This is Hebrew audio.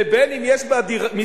ובין אם יש בה משרדים,